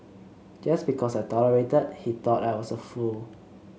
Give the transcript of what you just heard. just because I tolerated he thought I was a fool